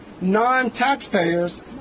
non-taxpayers